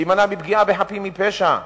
להימנע מפגיעה בחפים מפשע,